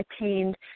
attained